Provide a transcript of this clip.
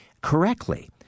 correctly